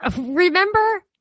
remember